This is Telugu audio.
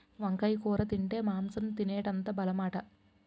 వంకాయ కూర తింటే మాంసం తినేటంత బలమట